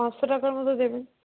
পাঁচশো টাকার মতো দেবে